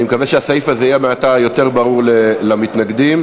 אני מקווה שהסעיף הזה יהיה יותר ברור מעתה למתנגדים.